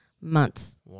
months